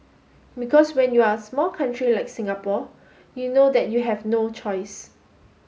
because when you are a small country like Singapore you know that you have no choice